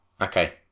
Okay